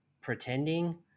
pretending